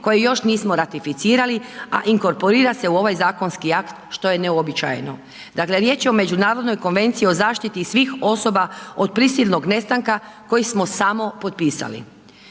koje još nismo ratificirali, a inkorporira se u ovaj zakonski akt što je neuobičajeno. Dakle, riječ je o Međunarodnoj konvenciji o zaštiti svih osoba od prisilnog nestanka koji smo samo potpisali.